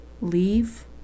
leave